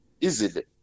easily